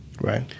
right